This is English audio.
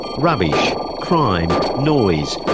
rubbish, crime, noise,